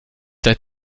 seit